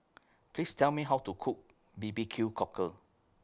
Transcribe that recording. Please Tell Me How to Cook B B Q Cockle